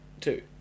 two